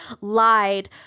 lied